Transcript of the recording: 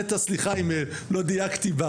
נטע סליחה אם לא דייקתי,